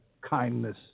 kindness